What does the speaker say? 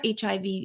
HIV